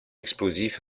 explosif